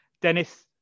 Dennis